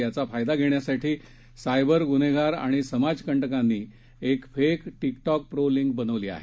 याचा फायदा घेण्यासाठी सायबर ग्न्हेगार आणि समाजकंटकांनी एक फेक टीकटॉक प्रो लिंक बनविली आहे